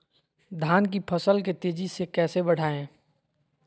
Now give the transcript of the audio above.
धान की फसल के तेजी से कैसे बढ़ाएं?